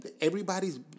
everybody's